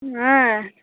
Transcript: ஆ